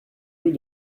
rue